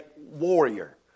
warrior